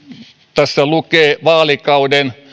tässä lukee vaalikauden